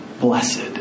blessed